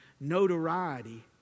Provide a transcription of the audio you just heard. notoriety